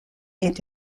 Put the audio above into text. est